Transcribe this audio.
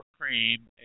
cream